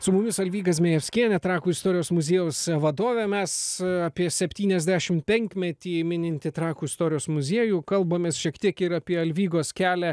su mumis alvyga zmejevskienė trakų istorijos muziejaus vadovė mes apie septyniasdešim penkmetį mininti trakų istorijos muziejų kalbamės šiek tiek ir apie alvygos kelią